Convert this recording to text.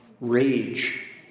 Rage